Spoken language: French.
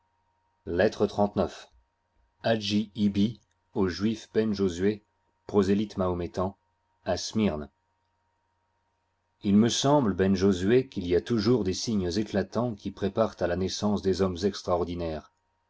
lettre xxxix hagi ibbi au juif ben josué prosélyte mahométan à smyrne i l me semble ben josué qu'il y a toujours des signes éclatants qui préparent à la naissance des hommes extraordinaires